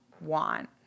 want